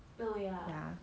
ya